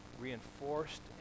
reinforced